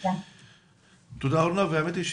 תודה רבה.